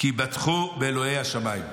"כי בטחו באלוהי השמיים".